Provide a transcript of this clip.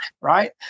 right